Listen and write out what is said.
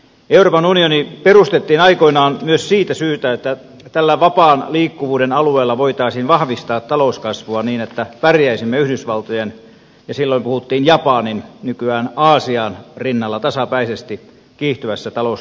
euroopan unioni perustettiin aikoinaan myös siitä syystä että tällä vapaan liikkuvuuden alueella voitaisiin vahvistaa talouskasvua niin että pärjäisimme yhdysvaltojen ja aasian silloin puhuttiin japanista nykyään aasiasta rinnalla tasapäisesti kiihtyvässä talouskisassa